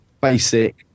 basic